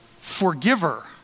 forgiver